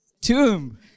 Tomb